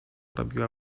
robiła